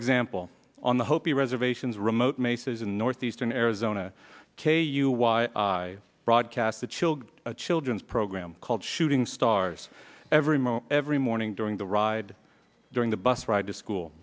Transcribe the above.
example on the hopi reservations remote maces in northeastern arizona k e u y i broadcast the children a children's program called shooting stars every moment every morning during the ride during the bus ride to school